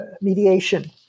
mediation